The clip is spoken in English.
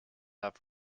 have